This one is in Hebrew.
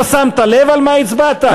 לא שמת לב על מה הצבעת?